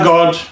God